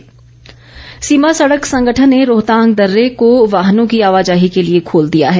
रोहतांग दर्रा सीमा सड़क संगठन ने रोहतांग दर्रे को वाहनों की आवाजाही के लिए खोल दिया है